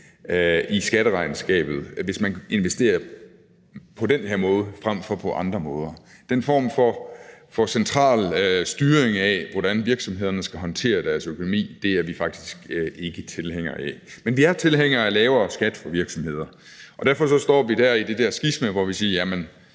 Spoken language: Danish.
i skatteregnskabet, hvis man investerer på den her måde frem for på andre måder – altså den form for central styring af, hvordan virksomhederne skal håndtere deres økonomi – er vi faktisk ikke tilhængere af. Men vi er tilhængere af lavere skat for virksomheder, så derfor står vi i det der skisma, hvor vi siger: Jamen